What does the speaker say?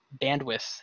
bandwidth